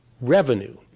revenue